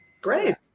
Great